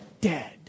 dead